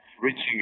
Reaching